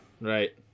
Right